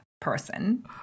person